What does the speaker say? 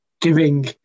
giving